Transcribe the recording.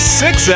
six